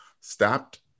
stopped